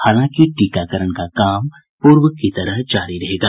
हालांकि टीकाकरण का काम पूर्व की तरह जारी रहेगा